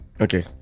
Okay